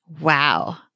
Wow